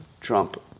Trump